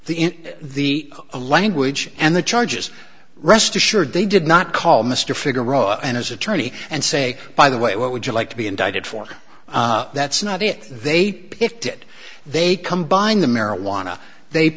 in the a language and the charges rest assured they did not call mr figaro and his attorney and say by the way what would you like to be indicted for that's not it they did they combined the marijuana they